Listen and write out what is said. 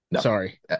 Sorry